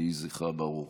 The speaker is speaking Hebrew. יהי זכרה ברוך.